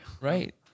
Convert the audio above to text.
Right